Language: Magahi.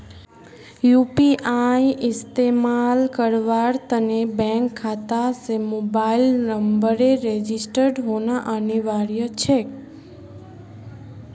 यू.पी.आई इस्तमाल करवार त न बैंक खाता स मोबाइल नंबरेर रजिस्टर्ड होना अनिवार्य छेक